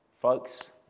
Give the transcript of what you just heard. Folks